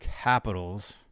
capitals